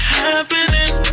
happening